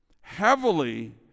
heavily